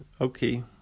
Okay